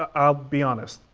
ah i'll be honest,